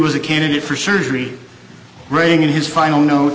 was a candidate for surgery writing in his final no